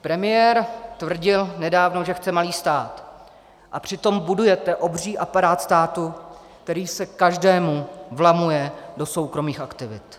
Premiér tvrdil nedávno, že chce malý stát, a přitom budujete obří aparát státu, který se každému vlamuje do soukromých aktivit.